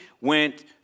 went